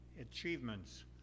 achievements